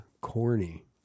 Corny